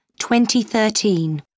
2013